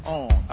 on